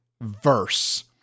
verse